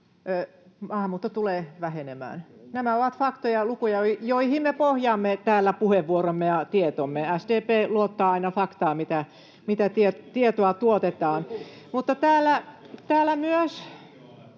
maahanmuutto tulee vähenemään. Nämä ovat faktoja, lukuja, joihin me pohjaamme täällä puheenvuoromme ja tietomme. SDP luottaa aina faktaan, siihen, mitä tietoa tuotetaan. [Sheikki Laakson